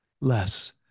less